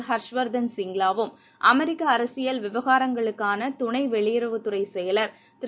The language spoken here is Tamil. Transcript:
ஹர்ஷ் வர்தன் சிங்க்லாவும் அமெரிக்கஅரசியல் விவகாரங்களுக்கானதுணைவெளியுறவுத் துறைசெயலர் திரு